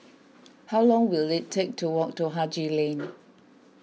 how long will it take to walk to Haji Lane